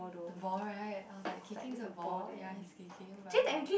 the ball right I was like kicking the ball ya he is kicking but like